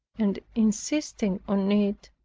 and insisting on it,